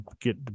get